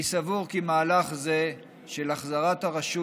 אני סבור כי מהלך זה של החזרת הרשות